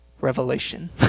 Revelation